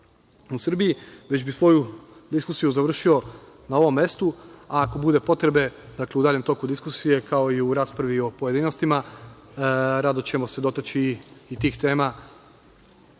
u Srbiji, već bi svoju diskusiju završio na ovom mestu, a ako bude potrebe u daljem toku diskusije kao i u raspravi u pojedinostima rado ćemo se dotaći i tih tema